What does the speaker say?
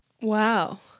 wow